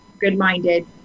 good-minded